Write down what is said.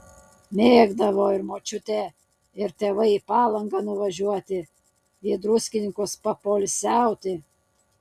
mėgdavo ir močiutė ir tėvai į palangą nuvažiuoti į druskininkus papoilsiauti